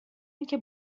انکه